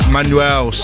Manuel